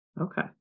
Okay